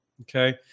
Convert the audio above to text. Okay